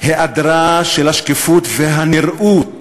היעדרן של השקיפות והנראות